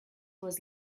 was